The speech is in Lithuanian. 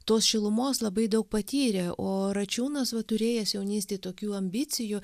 tos šilumos labai daug patyrė o račiūnas turėjęs jaunystėj tokių ambicijų